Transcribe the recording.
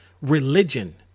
religion